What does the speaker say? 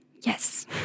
yes